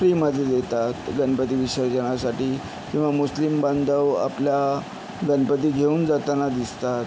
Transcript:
फ्रीमध्ये देतात गणपती विसर्जनासाठी किंवा मुस्लिम बांधव आपला गणपती घेऊन जाताना दिसतात